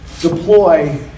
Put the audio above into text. deploy